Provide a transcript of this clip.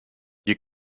you